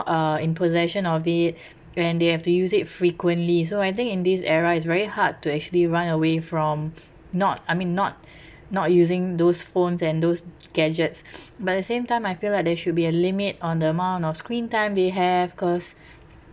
uh in possession of it and they have to use it frequently so I think in this era it's very hard to actually run away from not I mean not not using those phones and those gadgets but at the same time I feel like there should be a limit on the amount of screen time they have cause